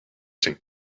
zijn